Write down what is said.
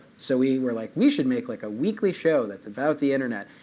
so we were like, we should make like a weekly show that's about the internet.